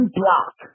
block